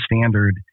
standard